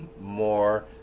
more